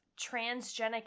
transgenic